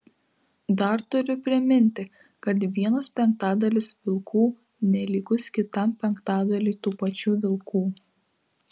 dar turiu priminti kad vienas penktadalis vilkų nelygus kitam penktadaliui tų pačių vilkų